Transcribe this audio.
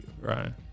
Right